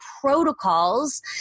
protocols